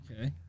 Okay